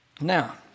now